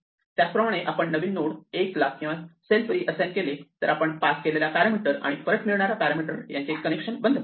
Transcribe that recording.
त्याचप्रमाणे आपण नवीन नोड ला 1 किंवा सेल्फ रीअसाइन केले तर आपण पास केलेला पॅरामिटर आणि परत मिळणारा पेरिमीटर यांचे कनेक्शन बंद पडते